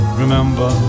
remember